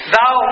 Thou